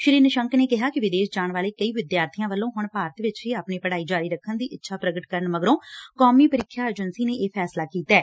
ਸ੍ਰੀ ਨਿਸ਼ੰਕ ਨੇ ਕਿਹਾ ਕਿ ਵਿਦੇਸ਼ ਜਾਣ ਵਾਲੇ ਕਈ ਵਿਦਿਆਰਥੀਆਂ ਵੱਲੋਂ ਹੁਣ ਭਾਰਤ ਵਿਚ ਹੀ ਆਪਣੀ ਪੜਾਈ ਜਾਰੀ ਰੱਖਣ ਦੀ ਇੱਛਾ ਪ੍ਗਟ ਕਰਨ ਮਗਰੋਂ ਕੌਮੀ ਪ੍ੀਖਿਆ ਏਜੰਸੀ ਨੇ ਇਹ ਫੈਸਲਾ ਕੀਤੈ